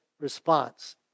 response